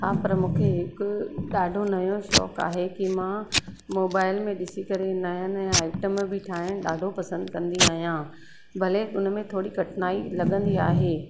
हा पर मूंखे हिकु ॾाढो नयों शौक़ु आहे की मां मोबाइल में ॾिसी करे नया नया आइटम बि ठाहिण बि ॾाढो पसंदि कंदी आहियां भले उन में थोरी कठिनाई लॻंदी आहे